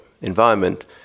environment